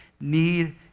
need